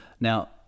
Now